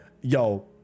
yo